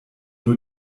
nur